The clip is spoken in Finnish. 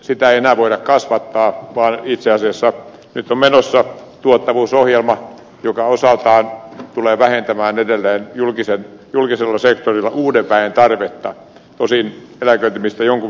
sitä ei enää voida kasvattaa vaan itse asiassa nyt on menossa tuottavuusohjelma joka osaltaan tulee vähentämään edelleen julkisella sektorilla uuden väen tarvetta tosin eläköitymistä jonkun verran korvataan